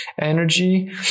energy